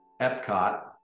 Epcot